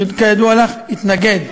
כידוע לך, התנגד.